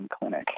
Clinic